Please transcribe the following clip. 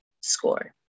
score